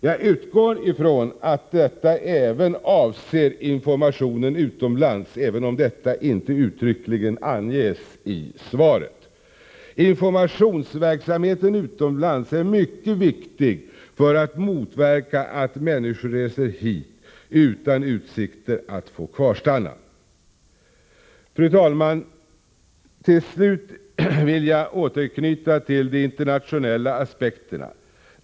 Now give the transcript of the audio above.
Jag utgår ifrån att detta även avser informationen utomlands, även om det inte uttryckligen anges i svaret. Informationsverksamheten utomlands är mycket viktig för att motverka att människor reser hit utan utsikter att få kvarstanna. Fru talman! Till slut vill jag återknyta till de internationella aspekterna.